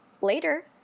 later